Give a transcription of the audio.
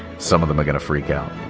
some of them are going to freak out.